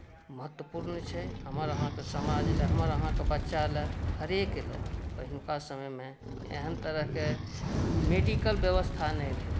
महत्वपूर्ण छै हमर अहाँके समाज लेल हमर अहाँके बच्चा लेल हरेक लेल पहिलका समयमे एहन तरहके मेडिकल व्यवस्था नहि रहै